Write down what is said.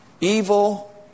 evil